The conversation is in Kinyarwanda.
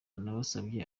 nabasabye